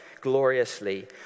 gloriously